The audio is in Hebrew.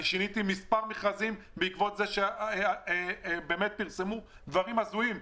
שיניתי מספר מכרזים בעקבות זה שפרסמו דברים הזויים,